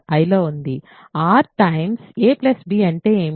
r a b అంటే ఏమిటి